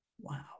wow